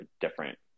different